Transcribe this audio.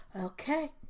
Okay